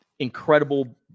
incredible